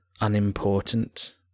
unimportant